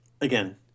again